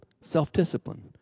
self-discipline